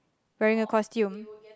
wearing a costume